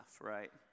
right